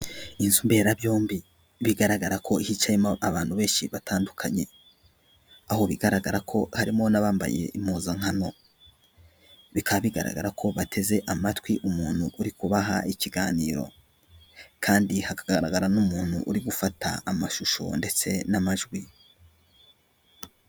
Inzu mberabyombi bigaragara ko hicayemo abantu benshi batandukanye. Aho bigaragara ko harimo n'abambaye impuzankano. Bikaba bigaragara ko bateze amatwi umuntu uri kubaha ikiganiro kandi hakagaragara n'umuntu uri gufata amashusho ndetse n'amajwi.